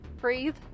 breathe